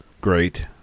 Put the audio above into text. great